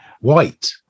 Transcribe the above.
white